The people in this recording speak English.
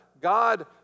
God